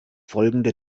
folgende